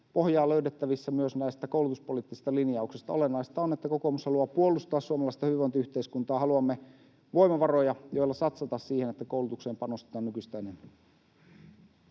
pohjaa löydettävissä myös näistä koulutuspoliittista linjauksista. Olennaista on, että kokoomus haluaa puolustaa suomalaista hyvinvointiyhteiskuntaa. Haluamme voimavaroja, joilla satsata siihen, että koulutukseen panostetaan nykyistä enemmän.